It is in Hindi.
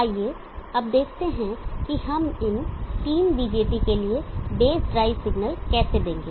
आइए अब देखते हैं कि हम इन तीन BJT के लिए बेस ड्राइव सिग्नल कैसे देंगे